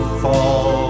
fall